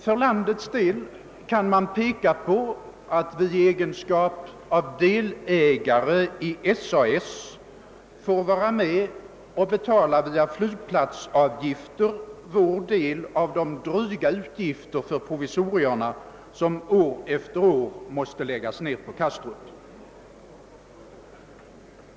Vårt land får i egenskap av delägare i SAS vara med om att via flygplatsavgifter betala sin del av de dryga utgifter för provisorierna som år efter år läggs ned på Kastrup.